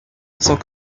sans